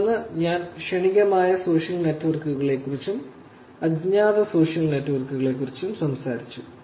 തുടർന്ന് ഞാൻ ക്ഷണികമായ സോഷ്യൽ നെറ്റ്വർക്കുകളെക്കുറിച്ചും അജ്ഞാത സോഷ്യൽ നെറ്റ്വർക്കുകളെക്കുറിച്ചും സംസാരിച്ചു